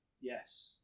Yes